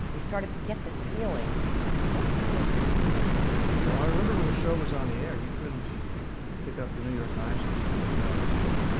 we started to get this feeling like, i think people are responding to this. well, i remember when the show was on the air, you couldn't pick up the new york times, for example, without a mention